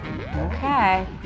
okay